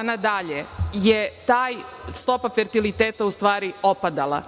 pa nadalje je ta stopa fertiliteta u stvari opadala.